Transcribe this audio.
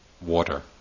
water